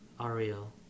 Ariel